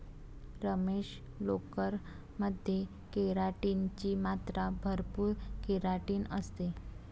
रमेश, लोकर मध्ये केराटिन ची मात्रा भरपूर केराटिन असते